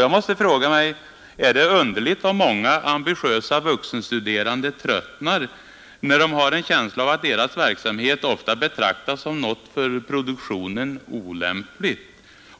Jag måste fråga mig: Är det underligt om många ambitiösa vuxenstuderande tröttnar när de har en känsla av att deras verksamhet ofta betraktas som något för produktionen olämpligt?